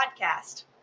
podcast